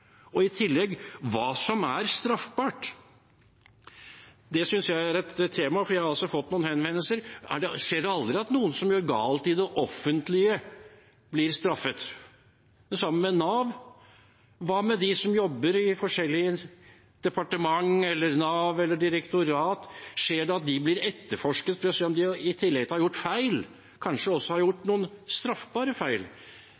som er straffbart. Det synes jeg er et tema, for jeg har altså fått noen henvendelser som: Skjer det aldri at noen som gjør noe galt i det offentlige, blir straffet? Det samme gjelder Nav. Hva med dem som jobber i forskjellige departementer, i Nav eller i direktorater – skjer det at de blir etterforsket for å se om de i tillegg til å ha gjort feil kanskje også har